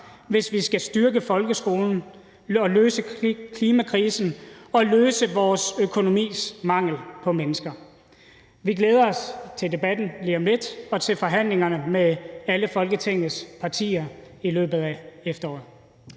hvis vi skal styrke folkeskolen og løse klimakrisen og løse vores økonomis mangel på mennesker. Vi glæder os til debatten lige om lidt og til forhandlingerne med alle Folketingets partier i løbet af efteråret.